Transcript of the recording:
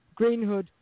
Greenhood